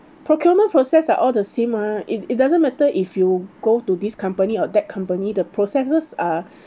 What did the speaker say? procurement process are all the same mah it it doesn't matter if you go to this company or that company the processes are